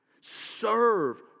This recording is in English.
Serve